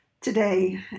today